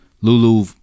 Lulu